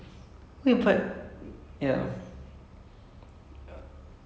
you why why haven't you seen the entire thing like why haven't you finish watching it